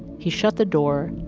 he shut the door,